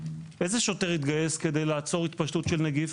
איזה שוטר התגייס כדי לעצור התפשטות של נגיף?